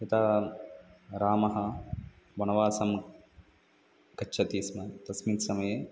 यदा रामः वनवासं गच्छति स्म तस्मिन् समये